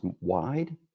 wide